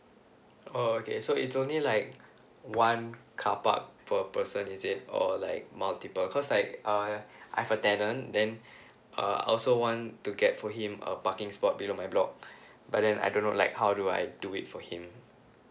oh okay so it's only like one carpark per person is it or like multiple cause like err I've a tenant then uh I also want to get for him a parking spot below my block but then I don't know like how do I do it for him